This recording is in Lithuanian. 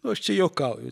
nu aš čia juokauju